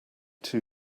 two